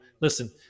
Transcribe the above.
Listen